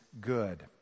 good